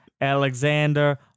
Alexander